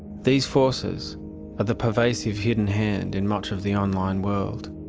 these forces are the pervasive hidden hand in much of the online world,